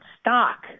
stock